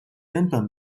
根本